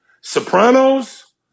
Sopranos